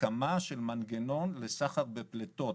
הקמה של מנגנון לסחר בפליטות,